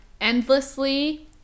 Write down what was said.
Endlessly